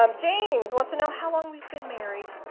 um james wants to know how long we've been married.